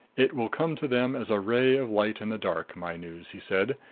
it will come to them as a ray of light in the dark my news, he said.